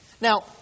Now